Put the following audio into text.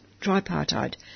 tripartite